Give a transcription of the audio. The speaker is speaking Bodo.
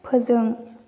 फोजों